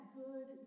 good